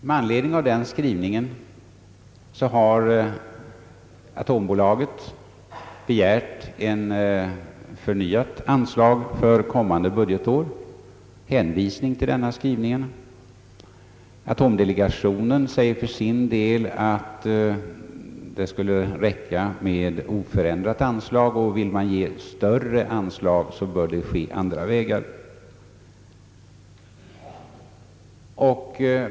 Med hänvisning till denna skrivning har atomenergibolaget begärt ett förnyat anslag för kommande budgetår. Atomdelegationen säger för sin del att det skulle räcka med oförändrat anslag, och om man vill ge ett större anslag bör det ske på andra vägar.